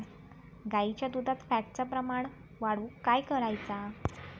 गाईच्या दुधात फॅटचा प्रमाण वाढवुक काय करायचा?